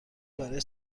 برای